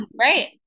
right